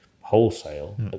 wholesale